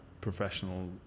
professional